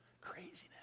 Craziness